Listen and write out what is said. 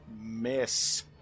miss